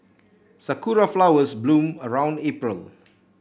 sakura flowers bloom around April